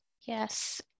Yes